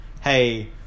hey